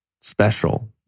special